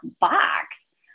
box